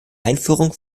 einführung